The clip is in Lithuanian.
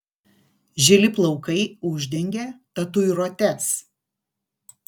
žili plaukai uždengė tatuiruotes